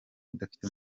udafite